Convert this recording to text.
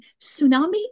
tsunami